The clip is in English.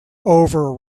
over